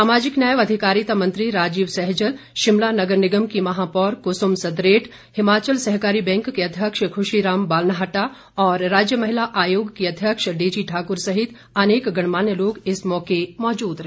सामाजिक न्याय व अधिकारिता मंत्री राजीव सहजल शिमला नगर निगम की महापौर कुसुम सदरेट हिमाचल सहकारी बैंक के अध्यक्ष खुशीराम बालनाटाह और राज्य महिला आयोग की अध्यक्ष डेजी ठाकुर सहित अनेक गणमान्य लोग इस मौके मौजूद रहे